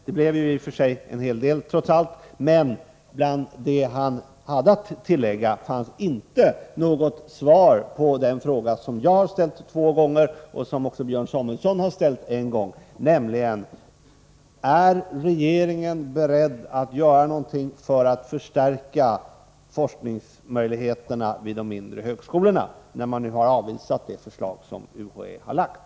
Det blev i och för sig en hel del trots allt, men bland det han hade att tillägga fanns inte något svar på den fråga som jag har ställt två gånger, och som också Björn Samuelson har ställt en gång, 37 nämligen: Är regeringen beredd att göra någonting för att förstärka forskningsmöjligheterna vid de mindre högskolorna, när man nu har avvisat det förslag som UHÄ har framlagt?